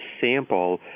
sample